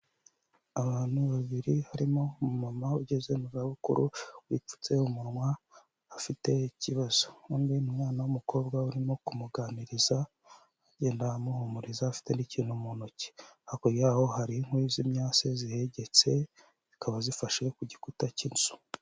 Abantu babiri harimo umumama ugeze mu zabukuru wipfutse umunwa afite ikibazo. Undi ni umwana w'umukobwa urimo kumuganiriza agenda amuhumuriza afite n'ikintu mu ntoki. Hakurya yaho hari inkwi z'imyase zihegetse zikaba zifashe ku gikuta cy'inzu.